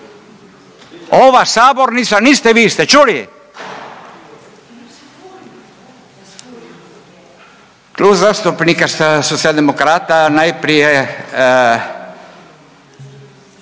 Ova sabornica niste vi ste čuli! Klub zastupnika Socijaldemokrata, najprije